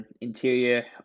interior